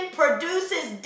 produces